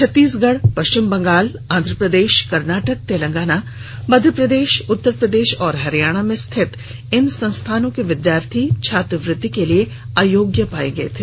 छत्तीसगढ़ पश्चिम बंगाल आंध्र प्रदेश कर्नाटक तेलागना मध्य प्रदेश उत्तर प्रदेश और हरियाणा में स्थित इन संस्थानों के विद्यार्थी छात्रवृति के लिए अयोग्य पाए गए थे